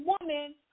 woman